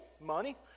money